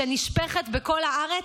שנשפכת בכל הארץ,